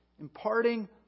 Imparting